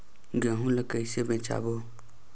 गहूं ला कइसे बेचबो?